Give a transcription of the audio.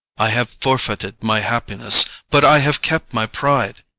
i have forfeited my happiness, but i have kept my pride.